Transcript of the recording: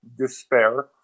despair